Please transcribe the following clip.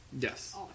yes